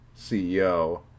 CEO